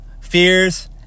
fears